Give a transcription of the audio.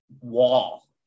wall